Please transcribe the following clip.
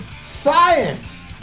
Science